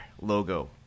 logo